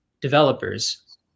developers